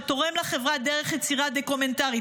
שתורם לחברה דרך יצירה דוקומנטרית,